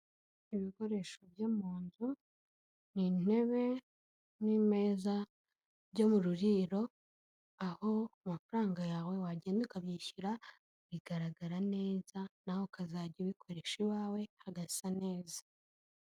Ibikoresho byo mu nzu, ni intebe n'imeza byo mu ruriro, aho amafaranga yawe wagenda ukayishyura, bigaragara neza, nawe ukazajya ubikoresha iwawe, hagasa neza.